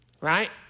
right